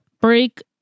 break